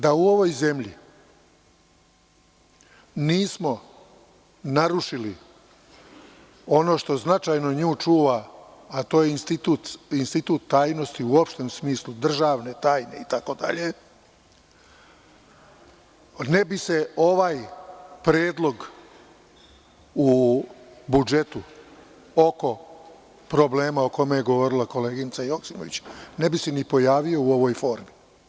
Da u ovoj zemlji nismo narušili ono što značajno nju čuva, a to je institut tajnosti u opštem smislu, državne tajne itd, ne bi se ovaj predlog u budžetu, oko problema o kome je govorila koleginica Joksimović, ne bi se ni pojavio u ovoj formi.